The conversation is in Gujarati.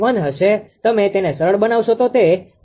1 હશે અને તમે તેને સરળ બનાવશો તો તે 0